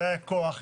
באי הכוח,